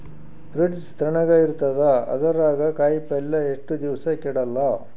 Fridge ತಣಗ ಇರತದ, ಅದರಾಗ ಕಾಯಿಪಲ್ಯ ಎಷ್ಟ ದಿವ್ಸ ಕೆಡಲ್ಲ?